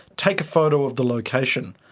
take a photo of the location.